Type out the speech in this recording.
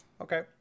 Okay